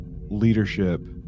leadership